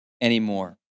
anymore